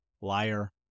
liar